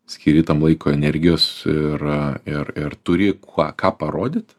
skiri tam laiko energijos ir ir ir turi ką ką parodyt